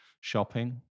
shopping